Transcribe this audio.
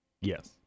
Yes